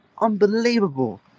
unbelievable